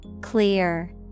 Clear